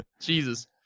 Jesus